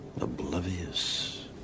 Oblivious